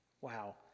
wow